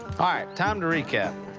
ah time to recap.